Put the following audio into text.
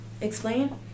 explain